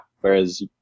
Whereas